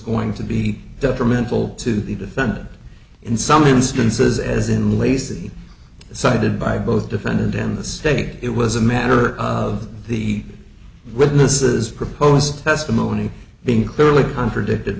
going to be detrimental to the defendant in some instances as in lacy cited by both defendant and the state it was a matter of the witnesses proposed testimony being clearly contradicted